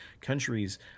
countries